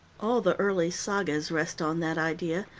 all the early sagas rest on that idea,